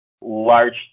large